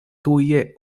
tuje